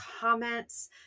comments